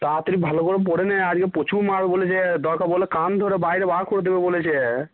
তাড়াতাড়ি ভালো করে পড়ে নে আজকে প্রচুর মারবে বলেছে দরকার পড়লে কান ধরে বাইরে বার করে দেবে বলেছে